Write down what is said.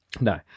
No